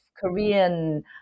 Korean